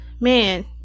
man